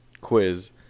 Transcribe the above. quiz